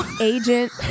agent